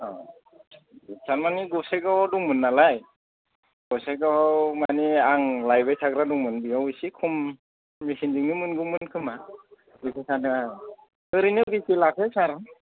औ थार्मानि गसाइगावआव दंमोन नालाय गसाइगावआव मानि आं लायबाय थाग्रा दंमोन बेयाव एसे खम बेसेनजोंनो मोनगौमोन खोमा बेखौ सानदों आं ओरैनो बेसे लाखो सार